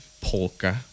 polka